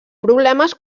problemes